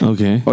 Okay